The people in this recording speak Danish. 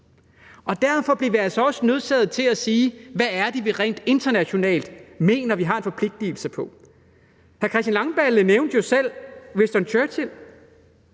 Og derfor bliver vi altså også nødt at spørge: Hvad er det, vi rent internationalt mener vi har en forpligtigelse på? Hr. Christian Langballe nævnte selv Winston Churchill.